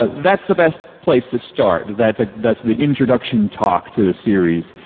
that's the best place to start, that's like that's the introduction talk to the series.